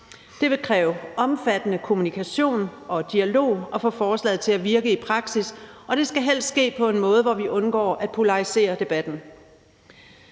Det vil kræve omfattende kommunikation og dialog at få forslaget til at virke i praksis, og det skal helst ske på en måde, hvor vi undgår at polarisere debatten.